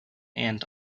and